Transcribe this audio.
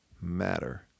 matter